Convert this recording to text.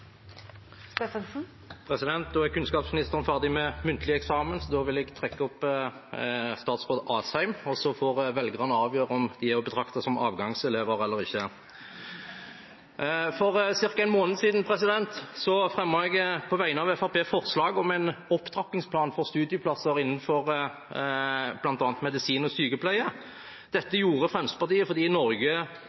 Da er kunnskapsministeren ferdig med muntlig eksamen. Da vil jeg trekke opp statsråd Asheim, og så får velgerne avgjøre om de er å betrakte som avgangselever eller ikke. For ca. en måned siden fremmet jeg på vegne av Fremskrittspartiet forslag om en opptrappingsplan for studieplasser innenfor bl.a. medisin og sykepleie. Dette gjorde Fremskrittspartiet fordi Norge